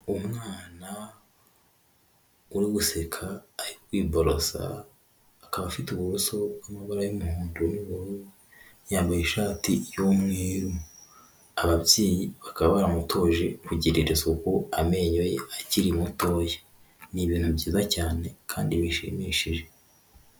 Umwana wo guseka ari kwiborosa, akaba afite ibumoso bw'amabara y'umuhondo n'ubururu, yambaye ishati y'umweru. Ababyeyi bakaba baramutoje kugirira isuku amenyo ye akiri mutoya, ni ibintu byiza cyane kandi bishimishije.